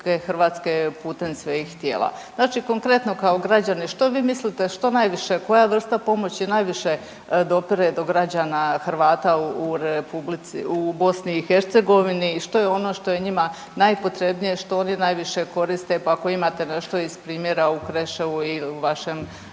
Vlada RH putem svojih tijela. Znači konkretno kao građanin što vi mislite što najviše, koja vrsta pomoći najviše dopire do građana Hrvata u republici, u BiH i što je ono što je njima najpotrebnije, što oni najviše koriste, pa ako imate nešto iz primjera u Kreševu i u vašem